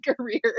career